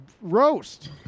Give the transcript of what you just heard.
roast